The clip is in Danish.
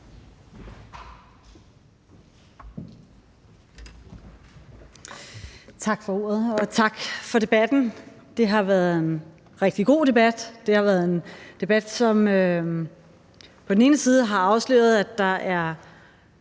Tak for ordet, og tak for debatten. Det har været en rigtig god debat; det har været en debat, som på den ene side har afsløret, at der er